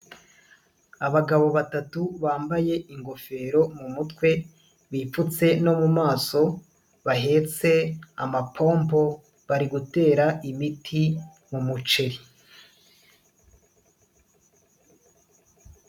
Abagabo batatu bambaye ingofero mu mutwe, bipfutse no mu maso, bahetse amapompo, bari gutera imiti mu muceri.